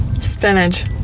Spinach